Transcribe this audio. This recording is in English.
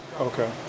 Okay